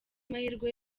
mahirwe